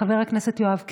חבר הכנסת יואב קיש,